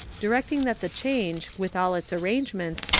directing that the change, with all its arrangements,